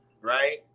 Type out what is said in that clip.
right